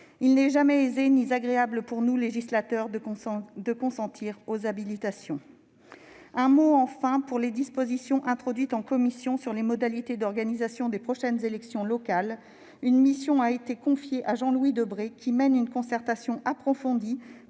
Il n'est jamais aisé ni agréable pour nous, législateurs, de consentir aux habilitations. Un mot, enfin, sur les dispositions introduites en commission sur les modalités d'organisation des prochaines élections locales. Une mission a été confiée à Jean-Louis Debré, qui mène une concertation approfondie